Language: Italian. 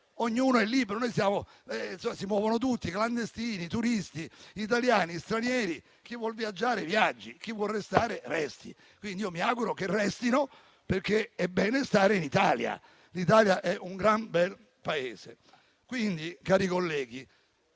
ognuno è libero di farlo. Si muovono tutti: clandestini, turisti, italiani, stranieri; chi vuol viaggiare, viaggi, chi vuole restare, resti. Mi auguro che restino, perché è bene stare in Italia. L'Italia è un gran bel Paese. Cari colleghi,